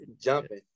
jumping